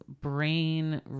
brain